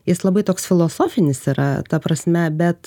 jis labai toks filosofinis yra ta prasme bet